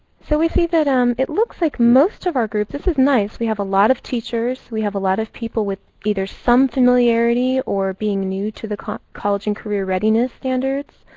so we see that um it looks like most of our group, this is nice. we have a lot of teachers. we have a lot of people with either some familiarity or being new to the college and career readiness standards.